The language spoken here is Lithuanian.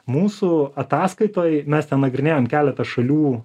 mūsų ataskaitoj mes ten nagrinėjam keletą šalių